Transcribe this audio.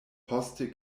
poste